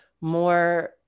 more